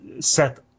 set